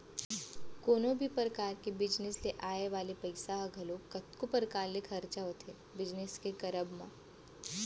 कोनो भी परकार के बिजनेस ले आय वाले पइसा ह घलौ कतको परकार ले खरचा होथे बिजनेस के करब म